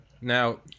Now